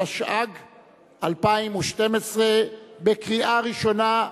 התשע"ג 2012. בקריאה ראשונה.